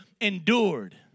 Endured